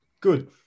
Good